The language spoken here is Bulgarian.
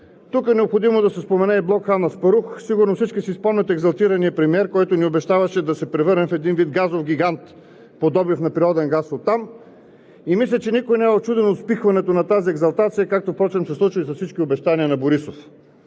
Тук е необходимо да се спомене и блок „Хан Аспарух“. Сигурно всички си спомняте екзалтирания премиер, който ни обещаваше да се превърнем в един вид газов гигант по добив на природен газ оттам. Мисля, че никой не е учуден от спихването на тази екзалтация, както впрочем се случи и с всички обещания на Борисов.